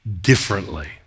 Differently